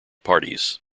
parties